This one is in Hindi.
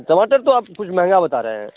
टमाटर तो आप कुछ महंगा बता रहे हैं